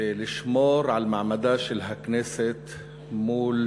ולשמור על מעמדה של הכנסת מול